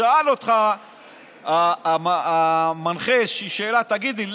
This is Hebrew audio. שאל אותך המנחה שאלה: תגיד לי,